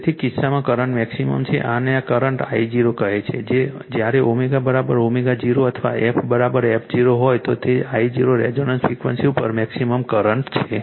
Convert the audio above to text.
તેથી તે કિસ્સામાં કરંટ મેક્સિમમ છે અને આ કરંટ I0 કહે છે કે જ્યારે ω ω0 અથવા f f 0 હોય તો તે I0 રેઝોનન્સ ફ્રિક્વન્સી ઉપર મેક્સિમમ કરંટ છે